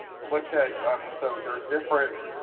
looked ah um so there are different